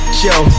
show